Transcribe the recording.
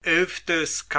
sind ist